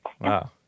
Wow